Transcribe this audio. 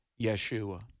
Yeshua